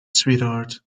sweetheart